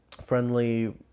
friendly